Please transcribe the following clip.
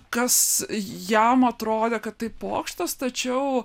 kas jam atrodė kad tai pokštas tačiau